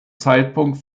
zeitpunkt